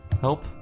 Help